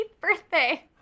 birthday